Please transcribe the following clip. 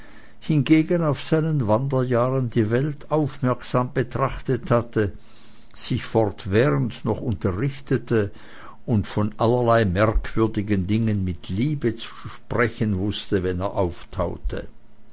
hingegen auf seinen wanderjahren die welt aufmerksam betrachtet hatte sich fortwährend noch unterrichtete und von allerlei merkwürdigen dingen mit liebe zu sprechen wußte wenn er auftaute